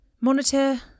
Monitor